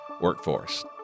workforce